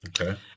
Okay